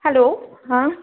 hello हा